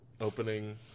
opening